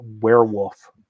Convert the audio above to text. werewolf